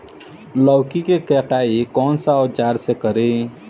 लौकी के कटाई कौन सा औजार से करी?